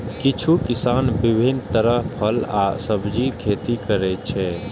किछु किसान विभिन्न तरहक फल आ सब्जीक खेती करै छै